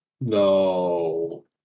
No